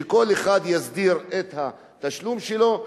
שכל אחד יסדיר את התשלום שלו,